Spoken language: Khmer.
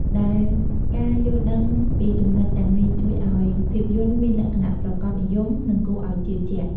ដែលការយល់ដឹងពីចំណុចទាំងនេះជួយឲ្យភាពយន្តមានលក្ខណៈប្រាកដនិយម និងគួរឲ្យជឿជាក់។